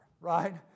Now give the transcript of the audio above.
right